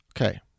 Okay